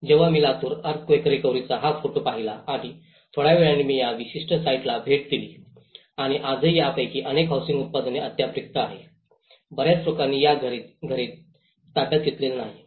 जेव्हा मी लातूर अर्थक्वेक रिकव्हरीचा हा फोटो पाहिला आणि थोड्या वेळाने मी या विशिष्ट साइटना भेट दिली आणि आजही यापैकी अनेक हौसिंग उत्पादने अद्याप रिक्त आहेत बर्याच लोकांनी या घरे ताब्यात घेतलेली नाहीत